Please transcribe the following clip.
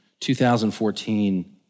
2014